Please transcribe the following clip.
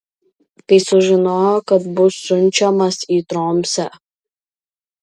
kai sužinojo kad bus siunčiamas į tromsę